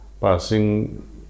passing